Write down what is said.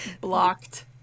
Blocked